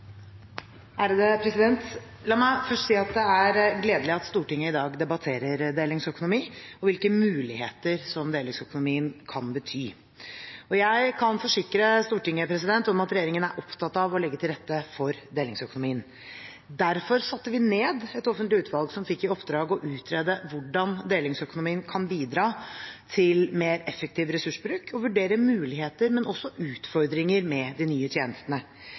gledelig at Stortinget i dag debatterer delingsøkonomi og hvilke muligheter som delingsøkonomien kan bety. Jeg kan forsikre Stortinget om at regjeringen er opptatt av å legge til rette for delingsøkonomien. Derfor satte vi ned et offentlig utvalg som fikk i oppdrag å utrede hvordan delingsøkonomien kan bidra til mer effektiv ressursbruk, og vurdere muligheter, men også utfordringer med de nye tjenestene.